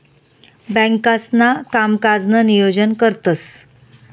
बँकांसणा कामकाजनं नियोजन करतंस